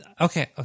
okay